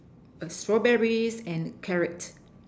a strawberries and carrot